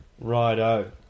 Righto